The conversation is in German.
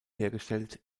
hergestellt